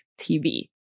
tv